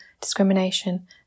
discrimination